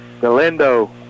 Galindo